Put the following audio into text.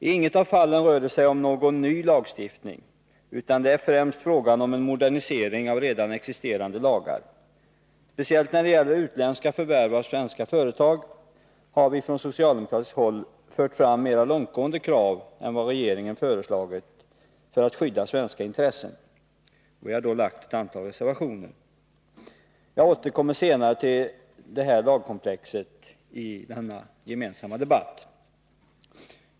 I ingetdera fallet är det fråga om en ny lagstiftning, utan främst om en modernisering av redan existerande lagar. Speciellt när det gäller utländska förvärv av svenska företag har vi socialdemokrater fört fram mer långtgående krav än vad regeringen föreslagit för att skydda svenska intressen. Vi har således framlagt ett antal reservationer. Jag återkommer senare till detta lagkomplex i denna gemensamma debatt.